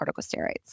corticosteroids